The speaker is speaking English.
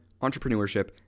entrepreneurship